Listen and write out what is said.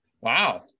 wow